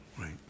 Right